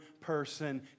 person